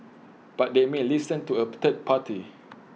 but they may A listen to A third party